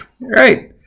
Right